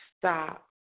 Stop